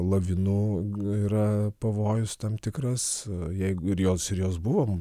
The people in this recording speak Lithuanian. lavinų yra pavojus tam tikras jeigu ir jos ir jos buvo